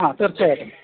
ആ തീർച്ചയായിട്ടും